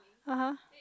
(uh huh)